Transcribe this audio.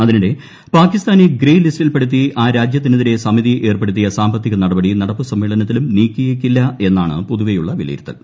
അതിനിടെ പാകിസ്ഥാനെ ഗ്രേ ലിസ്റ്റിൽപ്പെടുത്തിച്ചു ആ രാജ്യത്തിനെതിരെ സമിതി ഏർപ്പെടുത്തിയ സാമ്പത്തിക് നടപടി നടപ്പുസമ്മേളനത്തിലും നീക്കിയേക്കില്ല എന്നാണ് ക്ലിക്കാർതുവേയുള്ള വിലയിരുത്തൽ